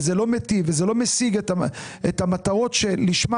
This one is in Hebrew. זה לא מיטיב ולא משיג את המטרות לשמן